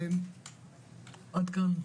עד כאן.